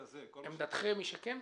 עמדתכם היא שכן?